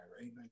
right